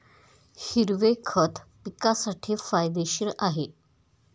हिरवे खत पिकासाठी फायदेशीर आहे